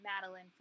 Madeline